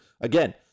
Again